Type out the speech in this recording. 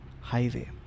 highway